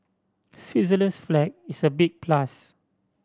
Switzerland's flag is a big plus